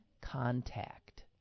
Contact